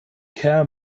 kerl